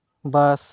ᱵᱟᱥ